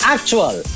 Actual